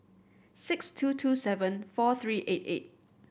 six two two seven four three eight eight